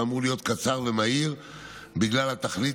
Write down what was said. שאמור להיות קצר ומהיר בגלל התכלית